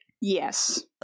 Yes